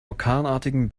orkanartigen